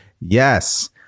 Yes